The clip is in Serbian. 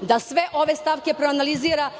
da sve ove stavke proanalizira